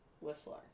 Whistler